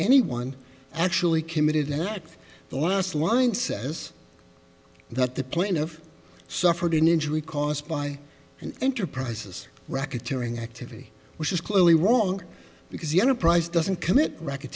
anyone actually committed an act the last line says that the plaintiff suffered an injury caused by an enterprise's racketeering activity which is clearly wrong because the enterprise doesn't commit racket